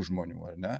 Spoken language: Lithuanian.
žmonių ar ne